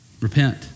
repent